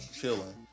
chilling